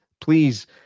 please